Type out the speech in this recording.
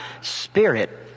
Spirit